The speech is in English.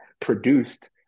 produced